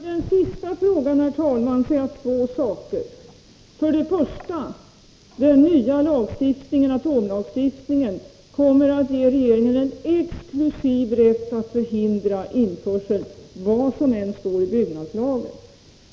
Herr talman! Till den sista frågan vill jag säga två saker: Den nya atomlagstiftningen kommer att ge regeringen en exklusiv rätt att förhindra införsel, vad som än står i byggnadslagen.